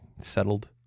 Settled